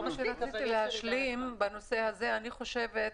אני חושבת